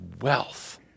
wealth